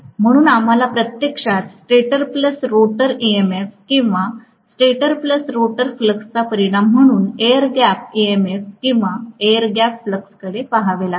म्हणून आम्हाला प्रत्यक्षात स्टेटर प्लस रोटर एमएमएफ किंवा स्टेटर प्लस रोटर फ्लक्सचा परिणाम म्हणून एअर गॅप एमएमएफ किंवा एअर गॅप फ्लक्सकडे पहावे लागेल